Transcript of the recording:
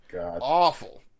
awful